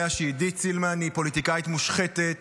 שעידית סילמן היא פוליטיקאית מושחתת,